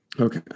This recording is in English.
Okay